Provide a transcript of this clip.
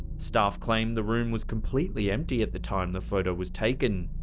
staff claim the room was completely empty at the time the photo was taken.